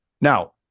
Now